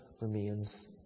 remains